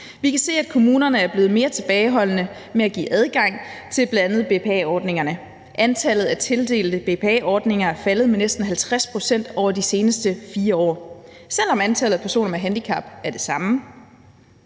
Vi kan se, at kommunerne er blevet mere tilbageholdende med at give adgang til bl.a. BPA-ordningerne. Antallet af tildelte BPA-ordninger er faldet med næsten 50 pct. over de seneste 4 år, selv om antallet af personer med handicap er det samme.